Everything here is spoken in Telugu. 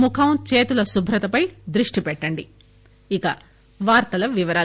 ముఖం చేతుల శుభ్రతపై దృష్టి పెట్టండి ఇక వార్తల వివరాలు